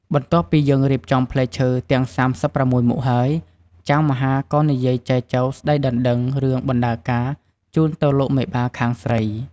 បន្ទាប់ពីយើងរៀបចំផ្លែឈើទាំង៣៦មុខហើយ ចៅមហាក៏និយាយចែចូវស្តីដណ្តឹងរឿងបណ្តាការជូនទៅលោកមេបាខាងស្រី។